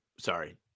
Sorry